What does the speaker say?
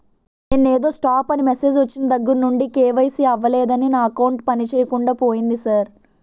నిన్నేదో స్టాప్ అని మెసేజ్ ఒచ్చిన దగ్గరనుండి కే.వై.సి అవలేదని నా అకౌంట్ పనిచేయకుండా పోయింది సార్